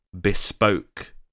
bespoke